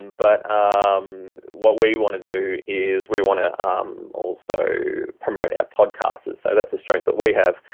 and but um what we want to do is we want to also promote our podcasters. so that's a strength that we have.